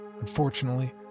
Unfortunately